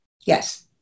Yes